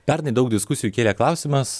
pernai daug diskusijų kėlė klausimas